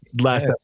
last